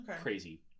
crazy